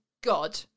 God